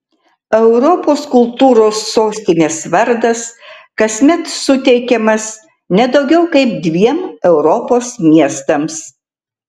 europos kultūros sostinės vardas kasmet suteikiamas ne daugiau kaip dviem europos miestams